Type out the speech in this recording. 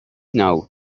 now